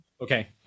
Okay